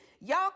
Y'all